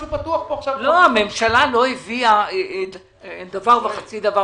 הממשלה לא הביאה דבר וחצי דבר